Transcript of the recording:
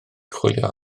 chwilio